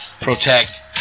protect